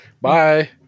bye